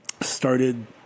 started